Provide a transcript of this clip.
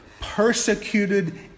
persecuted